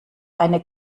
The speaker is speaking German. eine